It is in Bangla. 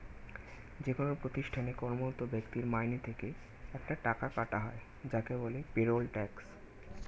যেকোন প্রতিষ্ঠানে কর্মরত ব্যক্তির মাইনে থেকে একটা টাকা কাটা হয় যাকে বলে পেরোল ট্যাক্স